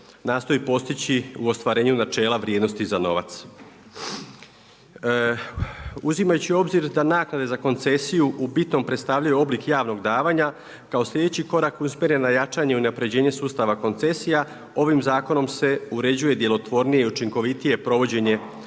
nastoji postići u ostvarenju načela vrijednosti za novac. Uzimajući u obzir da naknade za koncesiju u bitnom predstavljaju oblik javnog davanja, kao sljedeći korak usmjeren na jačanje i unapređenje sustava koncesija, ovim zakonom se uređuje djelotvornije i učinkovitije provođenje